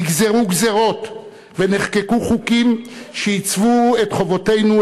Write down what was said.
נגזרו גזירות ונחקקו חוקים שעיצבו את חובותינו,